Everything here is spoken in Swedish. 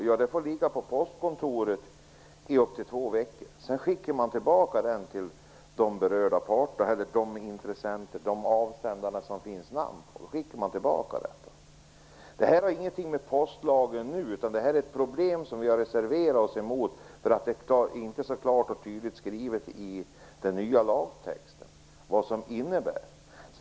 Jo, den får ligga på postkontoret i upp till två veckor. Sedan skickas den tillbaka till avsändarna, i de fall deras namn finns. Detta har ingenting med den nuvarande postlagen att göra, utan det är ett problem som vi vänsterpartister har reserverat oss emot därför att det i den nya lagtexten inte är klart och tydligt skrivet vad det här innebär.